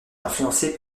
influencée